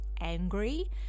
angry